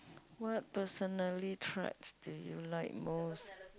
what personally traits do you like most